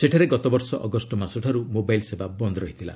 ସେଠାରେ ଗତବର୍ଷ ଅଗଷ୍ଟମାସଠାରୁ ମୋବାଇଲ୍ ସେବା ବନ୍ଦ୍ ରହିଥିଲା